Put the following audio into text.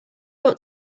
ought